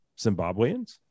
zimbabweans